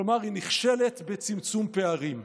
כלומר היא נכשלת בצמצום פערים.